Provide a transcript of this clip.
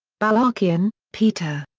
balakian, peter.